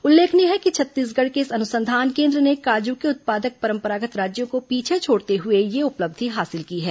उल्लेखनीय है कि छत्तीसगढ़ के इस अनुसंधान केन्द्र ने काजू के उत्पादक परंपरागत् राज्यों को पीछे छोड़ते हुए यह उपलब्धि हासिल की है